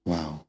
Wow